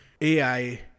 AI